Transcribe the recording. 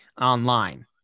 online